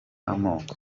amoko